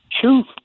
truth